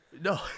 No